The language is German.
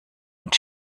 und